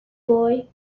boy